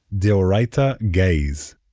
de'oraita gays.